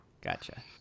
gotcha